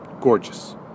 gorgeous